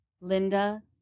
Linda